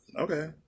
Okay